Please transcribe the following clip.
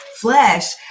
flesh